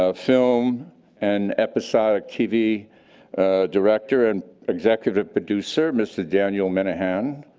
ah film and episodic tv director and executive producer mr. daniel minahan.